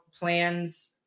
plans